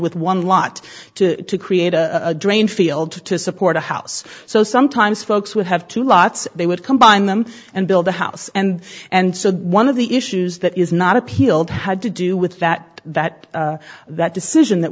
with one lot to create a drain field to support a house so sometimes folks would have two lots they would combine them and build a house and and so the one of the issues that is not appealed had to do with that that that decision that